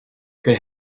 could